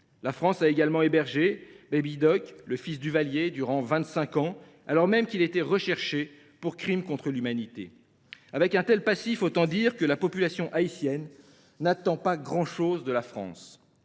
La France a également hébergé le fils Duvalier, dit Baby Doc, durant vingt cinq ans, alors même qu’il était recherché pour crimes contre l’humanité. Avec un tel passif, autant dire que la population haïtienne n’attend pas grand chose de la France